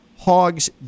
Hogs